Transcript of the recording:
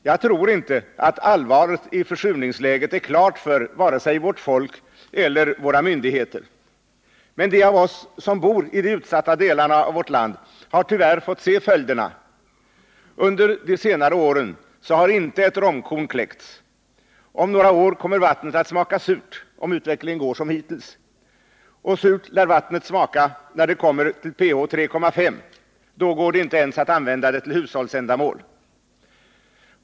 Jag tror inte, att allvaret i försurningsläget är klart för vare sig vårt folk eller våra myndigheter, men de av oss som bor i de utsatta delarna av vårt land har tyvärr fått se följderna. Under de senaste åren har inte ett romkorn kläckts; om några år kommer vattnet, om utvecklingen går som hittills, att smaka surt — och det lär det göra när ph-värdet har gått ned till 3,5. Då går det inte ens att använda vattnet till hushållsändamål.